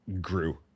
grew